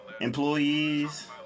employees